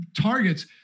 targets